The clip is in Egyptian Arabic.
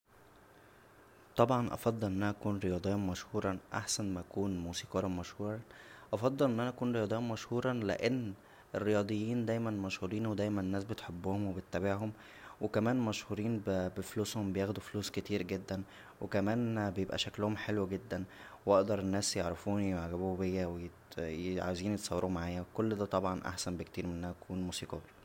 طبعا افضل ان انا اكون رياضيا مشهور احسن ما اكون موسيقارا مشهور هفضل ان انا اكون رياضيا مشهور لان الرياضيين دايما مشهورين و دايما الناس بتحبهم و بتتابعهم وكمان مشهورين بفلوسهم بياخدو فلوس كتير جدا وكمان شكلهم حلو جدا و اقدر الناس يعرفونى و يعجبو بيا و يت- عاوزين يتصورو معايا كل دا طبعا احسن بكتير من ان انا اكون موسيقار